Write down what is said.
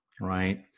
right